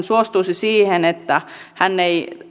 suostuisi siihen että hän ei